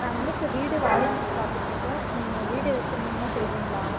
நாங்கள் வந்து இப்போ வீடு வாடகைக்கு பார்த்துட்ருக்கோம் நீங்கள் வீடு வச்சுருந்தீங்கன்னா சொல்கிறீங்களா